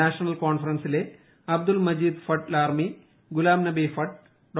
national കോൺഫറൻസിലെ അബ്ദുൾ മജീദ് ഭട്ട് ്ലാർമി ഗുലാനബി ഭട്ട് ഡോ